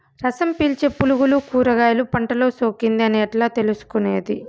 రసం పీల్చే పులుగులు కూరగాయలు పంటలో సోకింది అని ఎట్లా తెలుసుకునేది?